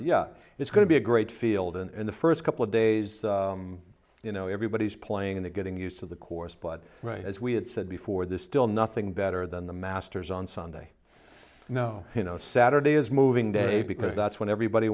yeah it's going to be a great field and the first couple of days you know everybody's playing the getting used to the course but right as we had said before this still nothing better than the masters on sunday and now you know saturday is moving day because that's what everybody